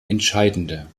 entscheidende